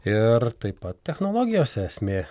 ir taip pat technologijose esmė